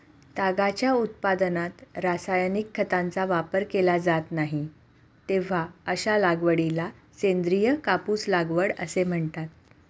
तागाच्या उत्पादनात रासायनिक खतांचा वापर केला जात नाही, तेव्हा अशा लागवडीला सेंद्रिय कापूस लागवड असे म्हणतात